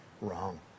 wrong